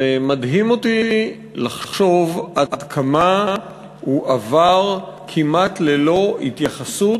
ומדהים אותי לחשוב עד כמה הוא עבר כמעט ללא התייחסות,